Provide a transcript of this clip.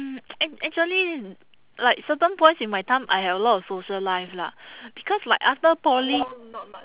mm act~ actually like certain points in my time I had a lot of social life lah because like after poly